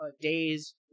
days